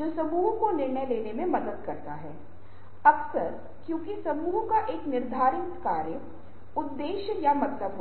क्योंकि यूरोप और अमेरिका जैसी पश्चिमी संस्कृतियों में यदि किसी विशिष्ट कार्य के लिए समय